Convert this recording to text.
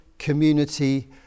community